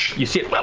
you see it but